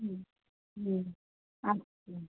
হুম হুম আচ্ছা